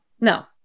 No